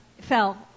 fell